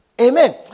Amen